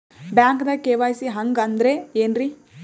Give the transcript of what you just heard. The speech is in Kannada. ಬ್ಯಾಂಕ್ದಾಗ ಕೆ.ವೈ.ಸಿ ಹಂಗ್ ಅಂದ್ರೆ ಏನ್ರೀ?